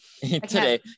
today